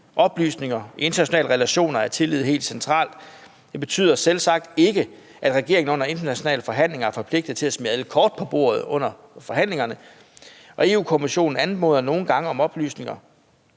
oplysninger. I internationale relationer er tillid helt centralt. Det betyder selvsagt ikke, at regeringen under internationale forhandlinger er forpligtet til at smide alle kort på bordet under forhandlingerne. Europa-Kommissionen anmoder nogle gange om oplysninger